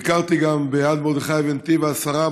ביקרתי גם ביד מרדכי ובנתיב העשרה,